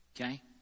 Okay